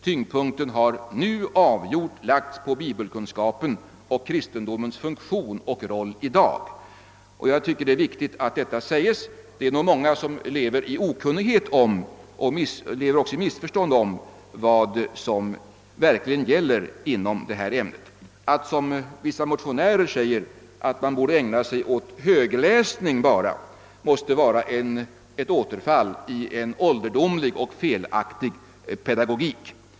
Tyngdpunkten har där avgjort lagts på bibelkunskapen och kristendomens funktion och roll i dag. Jag tycker att det är viktigt att detta säges. Det är nog många som lever i okunnighet och missförstånd om vad som verkligen gäller inom detta ämne. Att såsom vissa motionärer kräva att man bör ägna sig åt högläsning måste vara ett återfall i en ålderdomlig och felaktig pedagogik.